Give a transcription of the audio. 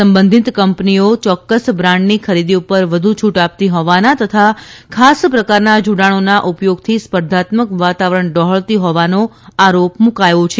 સંબંધિત કંપનીઓ ચોક્કસ બ્રાન્ડની ખરીદી ઉપર વધુ છુટ આપતી હોવાના તથા ખાસ પ્રકારના જોડાણોના ઉપયોગથી સ્પર્ધાત્મક વાતાવરણ ડહોળતી હોવાનો આરોપ મૂકાથો છે